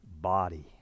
body